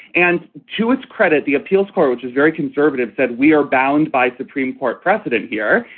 and to its credit, the appeals court, which is very conservative, said we are bound by supreme court precedent here.